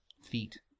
feet